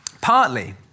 Partly